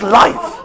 life